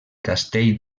castell